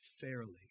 fairly